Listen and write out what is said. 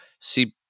see